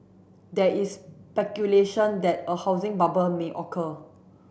there is speculation that a housing bubble may occur